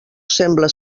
sembla